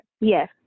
Yes